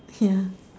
ya